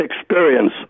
experience